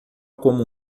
como